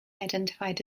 identified